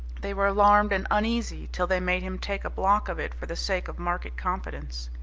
they were alarmed and uneasy till they made him take a block of it for the sake of market confidence.